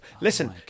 listen